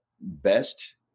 best